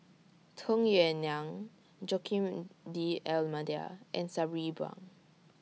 Tung Yue Nang Joaquim D'almeida and Sabri Buang